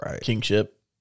kingship